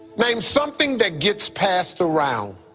name something that gets passed around.